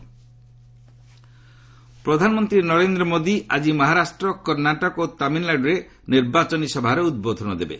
Karnataka PM ପ୍ରଧାନମନ୍ତ୍ରୀ ନରେନ୍ଦ୍ର ମୋଦି ଆଜି ମହାରାଷ୍ଟ୍ର କର୍ଣ୍ଣାଟକ ଓ ତାମିଲନାଡ଼ୁରେ ନିର୍ବାଚନୀ ସଭାରେ ଉଦ୍ବୋଧନ ଦେବେ